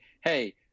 hey